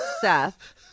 Seth